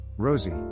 Rosie